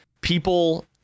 people